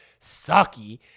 sucky